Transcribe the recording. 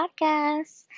Podcast